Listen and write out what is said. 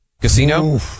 Casino